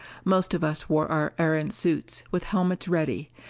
most of us wore our erentz suits, with helmets ready,